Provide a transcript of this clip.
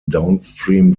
downstream